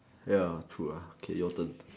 ya true ah okay your turn